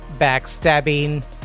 backstabbing